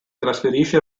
trasferisce